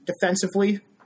defensively